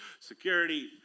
security